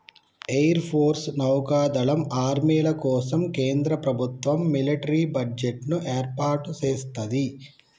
air force, నౌకా దళం, ఆర్మీల కోసం కేంద్ర ప్రభుత్వం మిలిటరీ బడ్జెట్ ని ఏర్పాటు సేత్తది